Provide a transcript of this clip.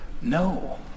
no